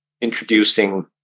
introducing